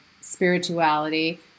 spirituality